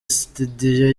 studio